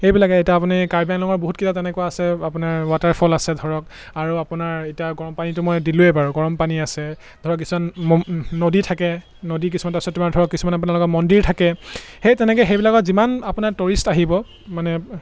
সেইবিলাকেই এতিয়া আপুনি কাৰ্বি আংলঙৰ বহুত কেইটা তেনেকুৱা আছে আপোনাৰ ৱাটাৰফল আছে ধৰক আৰু আপোনাৰ এতিয়া গৰমপানীটো মই দিলোঁৱেই বাৰু গৰমপানী আছে ধৰক কিছুমান নদী থাকে নদী কিছুমান তাৰপাছত তোমাৰ ধৰক কিছুমান আপোনালোকৰ মন্দিৰ থাকে সেই তেনেকৈ সেইবিলাকত যিমান আপোনাৰ টৰিষ্ট আহিব মানে